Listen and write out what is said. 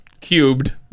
cubed